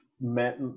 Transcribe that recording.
met